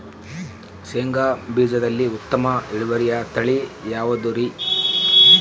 ಶೇಂಗಾ ಬೇಜದಲ್ಲಿ ಉತ್ತಮ ಇಳುವರಿಯ ತಳಿ ಯಾವುದುರಿ?